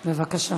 בבקשה.